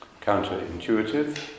counterintuitive